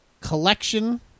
collection